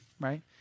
Right